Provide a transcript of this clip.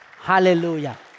Hallelujah